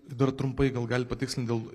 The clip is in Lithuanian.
dar trumpai gal galit patikslint dėl